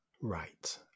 Right